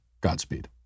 Godspeed